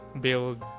build